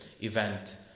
event